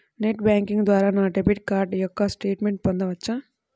Net banking ద్వారా నా debit card యొక్క స్టేట్మెంట్ పొందవచ్చా?